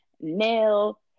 nail